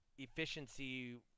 efficiency